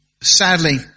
Sadly